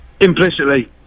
Implicitly